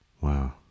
Wow